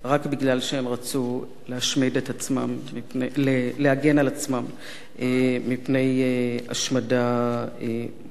שהם רצו להגן על עצמם מפני השמדה מוחלטת.